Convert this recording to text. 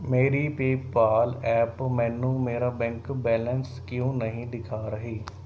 ਮੇਰੀ PayPal app ਮੈਨੂੰ ਮੇਰਾ ਬੈਂਕ ਬੈਲੇਂਸ ਕਿਉਂ ਨਹੀਂ ਦਿਖਾ ਰਹੀ